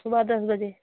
صبح دس بجے